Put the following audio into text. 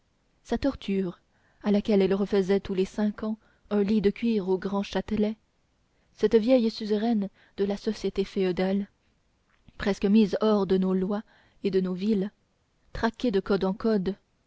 sa torture à laquelle elle refaisait tous les cinq ans un lit de cuir au grand châtelet cette vieille suzeraine de la société féodale presque mise hors de nos lois et de nos villes traquée de code en code